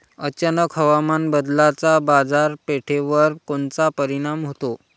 अचानक हवामान बदलाचा बाजारपेठेवर कोनचा परिणाम होतो?